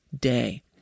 day